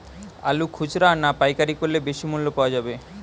আলু খুচরা না পাইকারি করলে বেশি মূল্য পাওয়া যাবে?